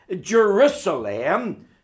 Jerusalem